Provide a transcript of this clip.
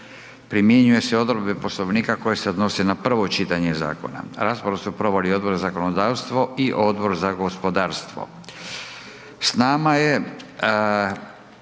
primjenjuju se odredbe Poslovnika koje se odnose na prvo čitanje zakona. Raspravu su provodili Odbor za zakonodavstvo i Odbor za gospodarstvo. S nama je